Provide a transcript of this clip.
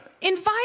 invite